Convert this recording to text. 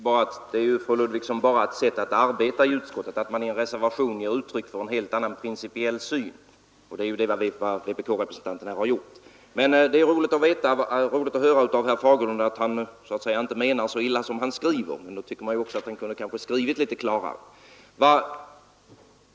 Herr talman! Det är ju, fru Ludvigsson, bara ett sätt att arbeta i utskottet att man i en reservation ger uttryck för en helt annan principiell syn. Detta är vad vpk-representanten här har gjort. Men det är roligt att höra av herr Fagerlund att han så att säga inte menar så illa som han skriver. Men då tycker man också att han kunde ha skrivit litet klarare.